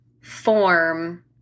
form